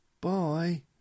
Bye